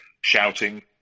shouting